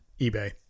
ebay